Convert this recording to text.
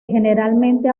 generalmente